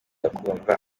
akumva